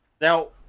Now